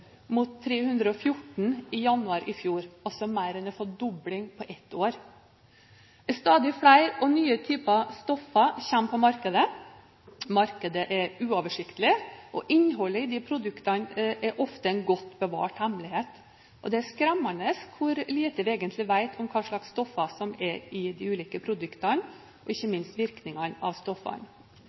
mot 314 i januar i fjor – altså mer enn en fordobling på ett år. Stadig flere og nye typer stoffer kommer på markedet. Markedet er uoversiktlig, og innholdet i disse produktene er ofte en godt bevart hemmelighet. Det er skremmende hvor lite vi egentlig vet om hva slags stoffer som er i de ulike produktene, og ikke minst virkingene av disse stoffene.